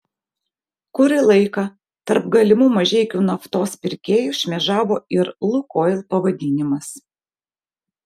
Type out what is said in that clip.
kurį laiką tarp galimų mažeikių naftos pirkėjų šmėžavo ir lukoil pavadinimas